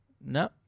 No